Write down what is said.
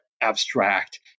abstract